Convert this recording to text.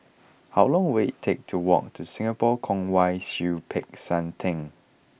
how long will it take to walk to Singapore Kwong Wai Siew Peck San Theng